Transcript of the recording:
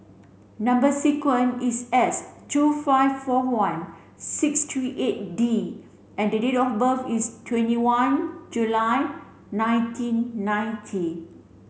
number sequence is S two five four one six three eight D and the date of birth is twenty one July nineteen ninety